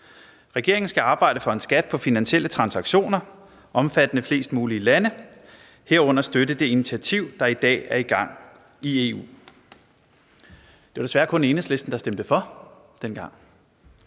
Regeringen skal arbejde for en skat på finansielle transaktioner omfattende flest mulige lande, herunder støtte det initiativ, der i dag er i gang i EU. Det var desværre kun Enhedslisten, der stemte for dengang.